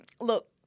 Look